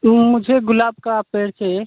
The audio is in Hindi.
मुझे गुलाब का पेड़ चाहिए